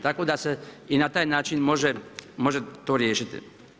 Tako da se i na taj način može to riješiti.